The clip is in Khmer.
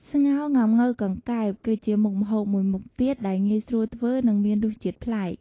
ស្ងោរងាំង៉ូវកង្កែប គឺជាមុខម្ហូបមួយមុខទៀតដែលងាយស្រួលធ្វើ និងមានរសជាតិប្លែក។